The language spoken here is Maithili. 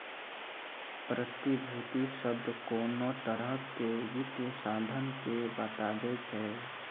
प्रतिभूति शब्द कोनो तरहो के वित्तीय साधन के बताबै छै